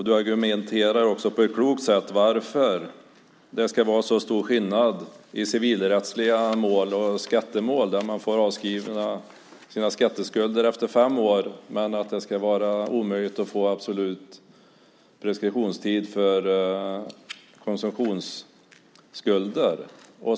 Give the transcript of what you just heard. Du argumenterar också på ett klokt sätt när det gäller den stora skillnaden mellan civilrättsliga mål och skattemål, där man får sina skatteskulder avskrivna efter fem år men det är omöjligt att få absolut preskriptionstid för konsumtionsskulder.